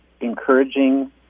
encouraging